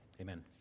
amen